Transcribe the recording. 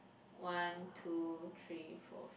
one two three four